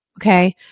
Okay